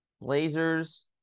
Blazers